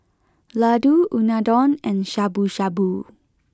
Ladoo Unadon and Shabu Shabu